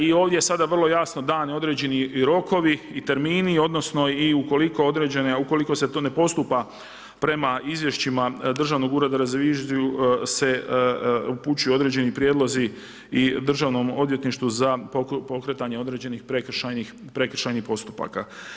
I ovdje sada vrlo jasno dani određeni rokovi i termini i odnosno i ukoliko određene, ukoliko se to ne postupa prema izvješćima Državnog ureda za reviziju se upućuju određeni prijedlozi i državnom odvjetništvu za pokretanje određenih prekršajnih postupaka.